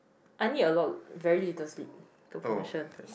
I need a lot very little sleep to function